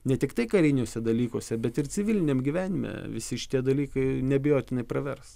ne tiktai kariniuose dalykuose bet ir civiliniam gyvenime visi šitie dalykai neabejotinai pravers